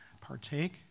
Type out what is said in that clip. partake